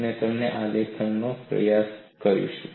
અમે તેમને આલેખવાનો પ્રયાસ કરીશું